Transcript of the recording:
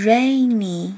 Rainy